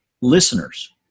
listeners